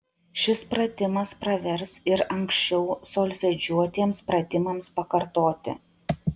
šis pratimas pravers ir anksčiau solfedžiuotiems pratimams pakartoti